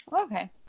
Okay